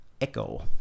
Echo